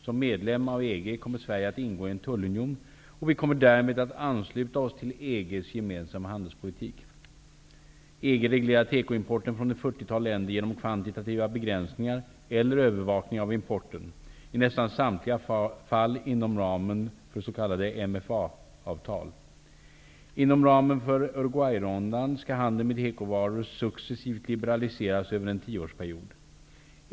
Som medlem av EG kommer Sverige att ingå i en tullunion, och vi kommer därmed att ansluta oss till EG reglerar tekoimporten från ett fyrtiotal länder genom kvantitativa begränsningar eller övervakning av importen -- i nästan samtliga fall inom ramen för s.k. MFA-avtal. Inom ramen för Uruguayrundan skall handeln med tekovaror successivt liberaliseras över en tioårsperiod.